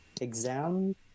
exam